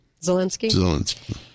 Zelensky